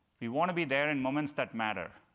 we want to be there in moments that matter,